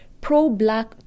pro-black